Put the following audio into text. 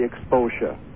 exposure